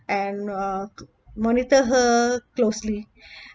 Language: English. and uh to monitor her closely